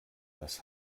das